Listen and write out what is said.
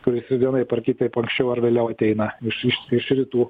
kuris vienaip ar kitaip anksčiau ar vėliau ateina iš iš iš rytų